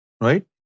right